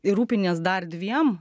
ir rūpinies dar dviem